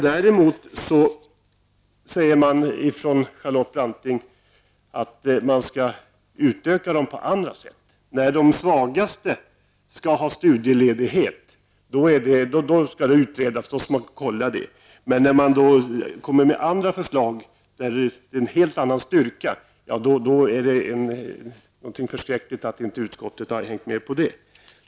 Däremot säger Charlotte Branting att man skall utöka på annat sätt. När de svagaste skall ha studieledighet skall det utredas och kollas, men när man kommer med andra förslag från dem som har en helt annan styrka är det någonting förskräckligt att utskottet inte har hängt med på det.